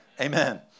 Amen